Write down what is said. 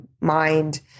mind